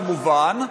כמובן,